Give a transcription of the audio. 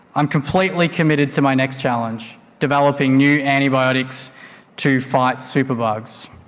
i'm completely committed to my next challenge developing new antibiotics to fight superbugs.